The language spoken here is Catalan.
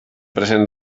present